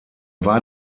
war